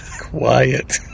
Quiet